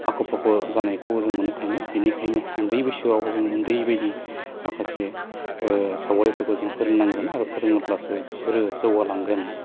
आख' फाख' सान्नायखौबो जों मोन्नो थाङो बिनिखायनो उन्दै बैसोआव जों उन्दैबायदि माखासे सावगारिफोरखौ फोरोंनांगोन आरो फोरमायबासो बिसोरो जौगालांगोन